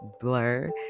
blur